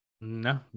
No